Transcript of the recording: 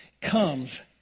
comes